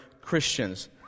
Christians